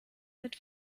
mit